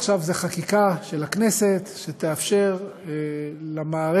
עכשיו זו חקיקה של הכנסת שתאפשר למערכת